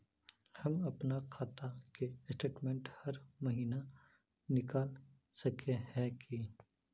हम अपना खाता के स्टेटमेंट हर महीना निकल सके है की?